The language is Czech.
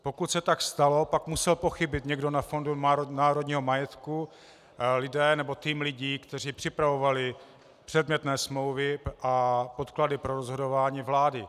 Pokud se tak stalo, pak musel pochybit někdo na Fondu národního majetku, lidé, nebo tým lidí, kteří připravovali předmětné smlouvy a podklady pro rozhodování vlády.